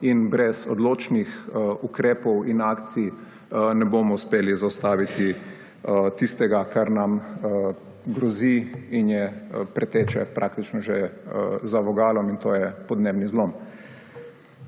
in brez odločnih ukrepov in akcij ne bomo uspeli zaustaviti tistega, kar nam grozi in je preteče praktično že za vogalom, in to je podnebni zlom.